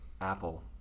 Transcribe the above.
apple